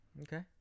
Okay